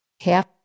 half